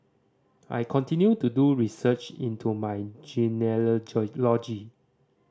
I continue to do research into my